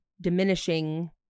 diminishing